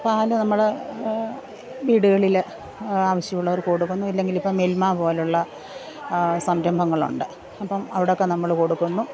പാല് നമ്മളെ വീടുകളിൽ ആവശ്യവുള്ളവര്ക്ക് കൊടുക്കുന്നു ഇല്ലെങ്കിലിപ്പം മില്മ പോലുള്ള സംരംഭങ്ങളുണ്ട് അപ്പം അവിടെയൊക്കെ നമ്മൾ കൊടുക്കുന്നു